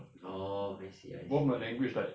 oh I see I see